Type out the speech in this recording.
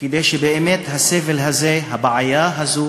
כדי שבאמת הסבל הזה, הבעיה הזו,